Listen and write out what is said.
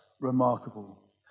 remarkable